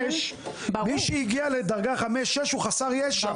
מי שהגיע לדרגה 6-5 הוא חסר ישע.